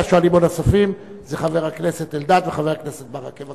שני השואלים הנוספים שהם חבר הכנסת אלדד וחבר הכנסת ברכה.